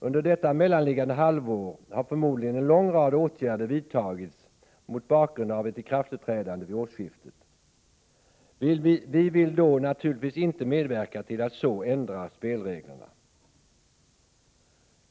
Under detta mellanliggande halvår har förmodligen en lång rad åtgärder vidtagits mot bakgrund av ett ikraftträdande vid årsskiftet. Vi vill då naturligtvis inte medverka till att så ändra spelreglerna.